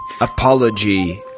Apology